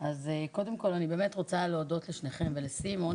קודם כל אני באמת רוצה להודות לשניכם ולסימון,